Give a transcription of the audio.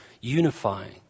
unifying